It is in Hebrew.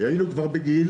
היינו כבר בגיל